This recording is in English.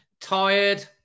tired